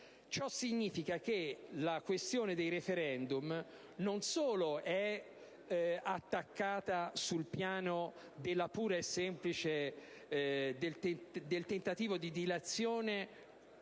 Ciò significa che la questione dei *referendum* non solo è attaccata sul piano del tentativo di dilazione